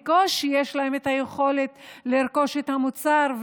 בקושי יש להם יכולת לרכוש את המוצר,